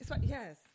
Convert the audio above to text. Yes